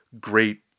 great